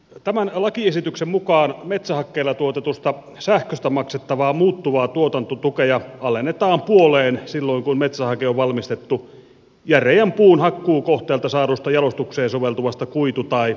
tämän lakiesityksen mukaan metsähakkeella tuotetusta sähköstä maksettava muuttuva tuotantotuki alennetaan puoleen silloin kun metsähake on valmistettu järeän puun hakkuukohteelta saadusta jalostukseen soveltuvasta kuitu tai tukkipuusta